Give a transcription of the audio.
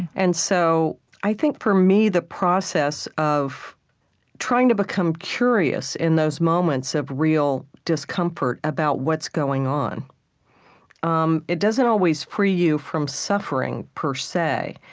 and so i think, for me, the process of trying to become curious, in those moments of real discomfort, about what's going on um it doesn't always free you from suffering, per se,